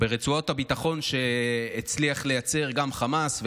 ברצועות הביטחון שהצליח לייצר גם חמאס,